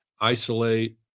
isolate